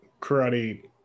karate